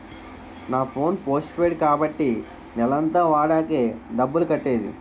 నా phone postpaid కాబట్టి నెలంతా వాడాకే డబ్బులు కట్టేది